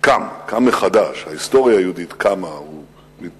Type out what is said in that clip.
קם מחדש, ההיסטוריה היהודית קמה ומתממשת.